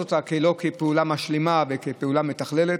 אותה כפעולה משלימה וכפעולה מתכללת.